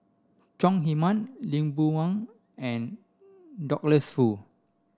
Chong Heman Lee Boon Wang and Douglas Foo